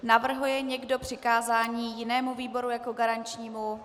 Navrhuje někdo přikázání jinému výboru jako garančnímu?